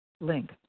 link